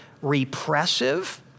Repressive